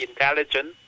intelligent